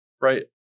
right